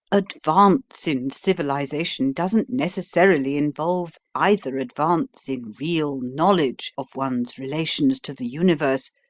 advance in civilisation doesn't necessarily involve either advance in real knowledge of one's relations to the universe,